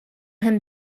him